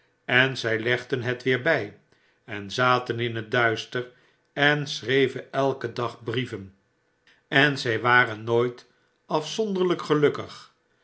en zij legden het weer bij en zaten in het duister en schreven elken dag brieven en zij waren nooit afzonderlijk gelukkig